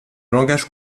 langage